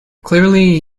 clearly